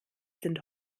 sind